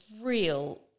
real